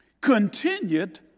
continued